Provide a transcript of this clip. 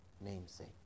namesake